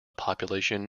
population